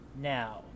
now